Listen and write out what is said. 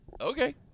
Okay